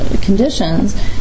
conditions